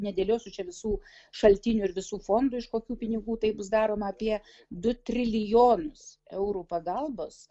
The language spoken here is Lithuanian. nedėliosiu čia visų šaltinių ir visų fondų iš kokių pinigų tai bus daroma apie du trilijonus eurų pagalbos